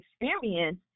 experience